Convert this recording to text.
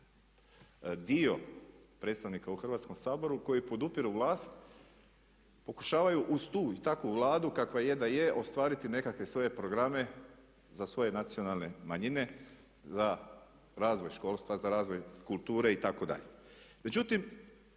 dio predstavnika u Hrvatskom saboru koji podupiru vlast, pokušavaju uz tu i takvu Vladu kakva je da je, ostvariti nekakve svoje programe za svoje nacionalne manjine, za razvoj školstva, za razvoj kulture itd..